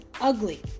ugly